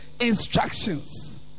instructions